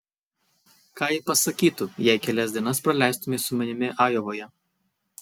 ką ji pasakytų jei kelias dienas praleistumei su manimi ajovoje